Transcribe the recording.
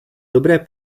dobré